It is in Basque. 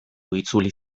itzuli